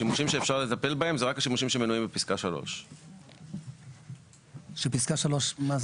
שאפשר לטפל בהם זה רק השימושים המנויים בפסקה 3. שפסקה 3 מה זה?